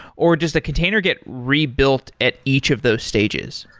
or does the container get rebuilt at each of those stages?